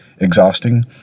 Exhausting